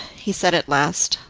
he said at last,